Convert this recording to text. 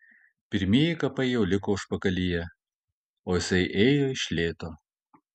pirmieji kapai jau liko užpakalyje o jisai ėjo iš lėto